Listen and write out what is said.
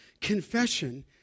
confession